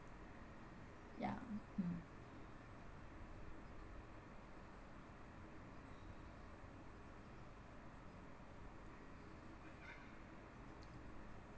ya mm